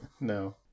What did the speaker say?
no